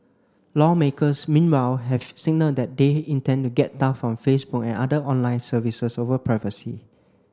lawmakers meanwhile have signalled that they intend to get tough on Facebook and other online services over privacy